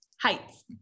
heights